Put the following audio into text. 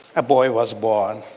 a boy was born.